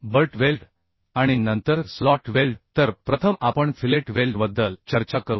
but weld आणि नंतर slot weld तर प्रथम आपण फिलेट वेल्डबद्दल चर्चा करू